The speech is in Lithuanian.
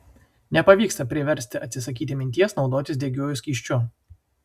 nepavyksta priversti atsisakyti minties naudotis degiuoju skysčiu